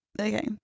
okay